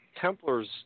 Templars